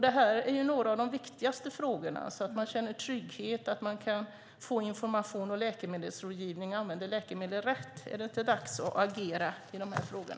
Detta är några av de viktigaste frågorna för att man ska känna trygghet och få information och läkemedelsrådgivning så att man använder läkemedel rätt. Är det inte dags att agera i dessa frågor?